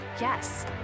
yes